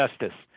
justice